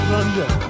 London